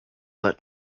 let